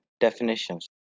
definitions